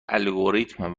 الگوریتم